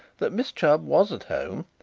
that miss chubb was at home,